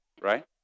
right